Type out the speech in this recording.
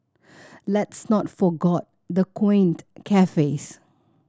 let's not forgot the quaint cafes